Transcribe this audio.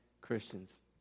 Christians